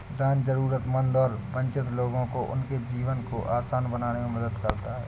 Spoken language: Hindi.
दान जरूरतमंद और वंचित लोगों को उनके जीवन को आसान बनाने में मदद करता हैं